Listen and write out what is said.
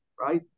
right